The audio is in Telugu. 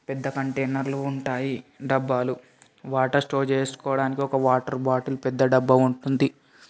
పెద్ద కంటైనర్లు ఉంటాయి డబ్బాలు వాటర్ స్టోర్ చేసుకోడానికి ఒక వాటర్ బాటిల్ ఒక పెద్ద డబ్బా ఉంటుంది